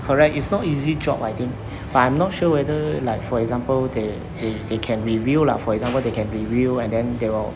correct it's not easy job I think but I'm not sure whether like for example they they they can review lah for example they can review and then they will